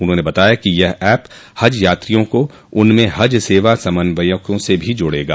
उन्होंने बताया कि यह एप हज यात्रियों को उनमें हज सेवा समन्वयकों से भी जोड़ेगा